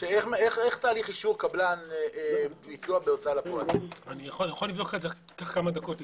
איך תהליך אישור קבלן- -- ייקח לי כמה דקות לבדוק.